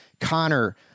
Connor